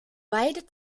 beide